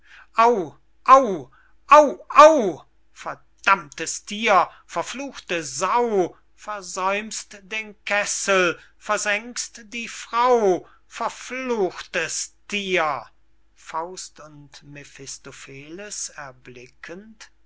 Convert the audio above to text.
au au au verdammtes thier verfluchte sau versäumst den kessel versengst die frau verfluchtes thier faust und mephistopheles